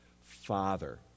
Father